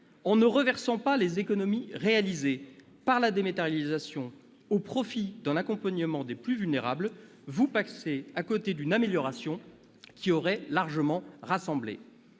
En ne reversant pas les économies réalisées par la dématérialisation au profit d'un accompagnement des plus vulnérables, vous passez à côté d'une amélioration qui aurait rassemblé